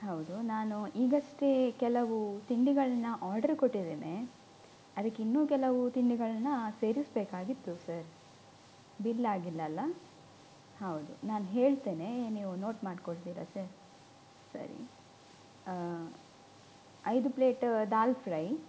ಹೌದು ನಾನು ಈಗಷ್ಟೇ ಕೆಲವು ತಿಂಡಿಗಳನ್ನ ಆರ್ಡರ್ ಕೊಟ್ಟಿದ್ದೇನೆ ಅದಕ್ಕೆ ಇನ್ನೂ ಕೆಲವು ತಿಂಡಿಗಳನ್ನ ಸೇರಿಸಬೇಕಾಗಿತ್ತು ಸರ್ ಬಿಲ್ ಆಗಿಲ್ಲಲ್ಲ ಹೌದು ನಾನು ಹೇಳ್ತೇನೆ ನೀವು ನೋಟ್ ಮಾಡಿಕೊಳ್ತೀರಾ ಸರ್ ಸರಿ ಐದು ಪ್ಲೇಟ ದಾಲ್ ಫ್ರೈ